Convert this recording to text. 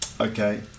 okay